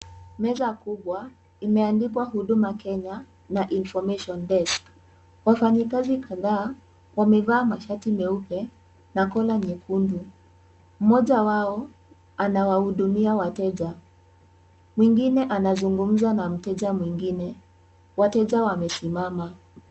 Meza kubwa imeandikwa huduma kenya na information desk . Wafanyakazi kadhaa wamevaa masharti meupe na kola nyekundu. Mmoja wao anawahudumia wateja. Mwingine anazungumza na mteja mwingine, wateja wamesimama.